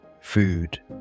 food